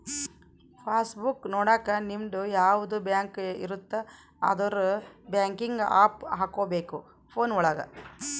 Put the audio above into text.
pass book ನೊಡಕ ನಿಮ್ಡು ಯಾವದ ಬ್ಯಾಂಕ್ ಇರುತ್ತ ಅದುರ್ ಬ್ಯಾಂಕಿಂಗ್ ಆಪ್ ಹಕೋಬೇಕ್ ಫೋನ್ ಒಳಗ